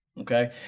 Okay